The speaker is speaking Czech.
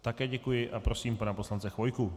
Také děkuji a prosím pana poslance Chvojku.